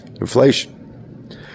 Inflation